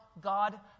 God